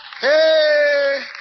Hey